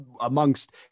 amongst